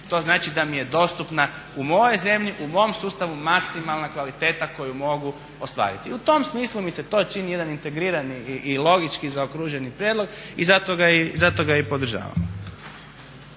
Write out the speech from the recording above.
To znači da mi je dostupna u mojoj zemlji, u mom sustavu maksimalna kvaliteta koju mogu ostvariti. U tom smislu mi se to čini jedan integrirani i logički zaokruženi prijedlog i zato ga i podržavamo.